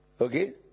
Okay